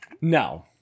no